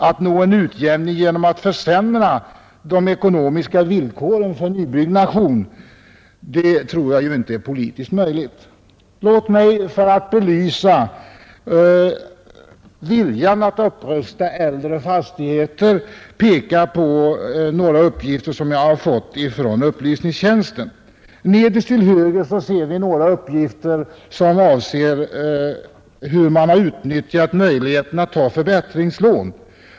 Att nå en utjämning genom att försämra de ekonomiska villkoren för nybyggnation tror jag inte är politiskt möjligt. Låt mig för att belysa viljan att rusta upp äldre fastigheter återge några uppgifter som jag har fått från riksdagens upplysningstjänst. På den uppställning som jag här visar på TV-skärmen ser vi nederst till höger uppgifter om hur man har utnyttjat möjligheterna att erhålla förbättringslån.